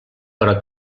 però